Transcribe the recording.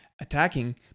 attacking